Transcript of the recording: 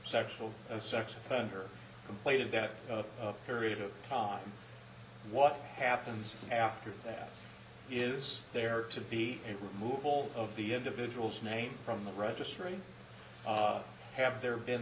sexual a sex offender completed that period of time what happens after that is there to be in removal of the individual's name from the registry have there been